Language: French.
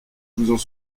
vous